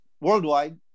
worldwide